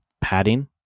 padding